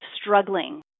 struggling